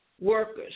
workers